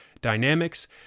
Dynamics